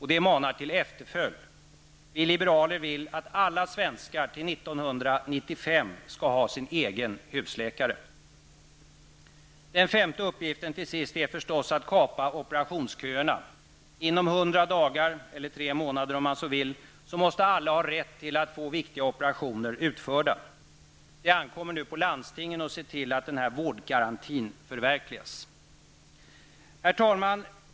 Det manar till efterföljd. Vi liberaler vill att alla svenskar till 1995 skall ha sin egen husläkare. Den femte uppgiften, till sist, är förstås att kapa operationsköerna. Inom 100 dagar -- eller tre månader -- måste alla ha rätt att få viktiga operationer utförda. Det ankommer nu på landstingen att se till att denna vårdgaranti förverkligas. Herr talman!